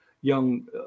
young